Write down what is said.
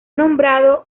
nombrado